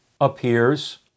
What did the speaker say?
appears